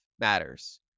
matters